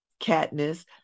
Katniss